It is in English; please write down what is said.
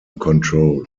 control